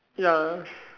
ya